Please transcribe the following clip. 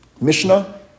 Mishnah